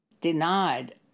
denied